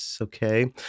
Okay